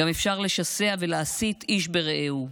גם אפשר לשסע ולהסית איש ברעהו,